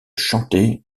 chanter